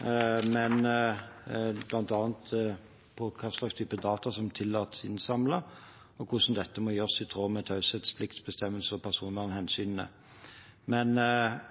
bl.a. når det gjelder typen data som tillates samlet inn, og hvordan dette må gjøres i tråd med taushetspliktbestemmelser og